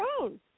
own